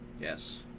Yes